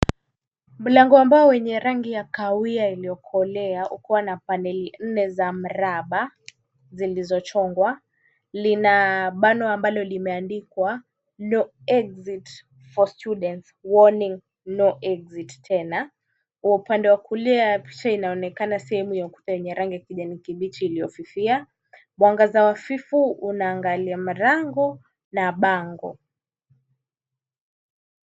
Mlango wa mbao wenye rangi ya kahawia iliyokolea ukiwa na paneli nne za mraba zilizochongwa lina bano ambalo limeandikwa no exit for students, warning no exit tena. Kwa upande wa kulia picha inaonekana sehemu ya ukuta yenye rangi ya kijani kibichi iliyofifia. Mwangaza hafifu unaangalia mlango na bango.